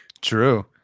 True